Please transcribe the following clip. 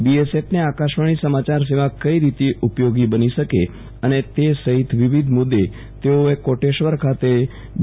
બીએસએફને આકાશવાણી સમાચાર સેવા કઈ રીતે ઉપયોગી બની શકે અને તે સહિત વિવિધ મુદ્દે તેઓએ કોટેશ્વર ખાતે બી